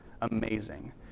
amazing